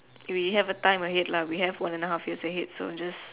we have a time ahead lah we have one a half years ahead so just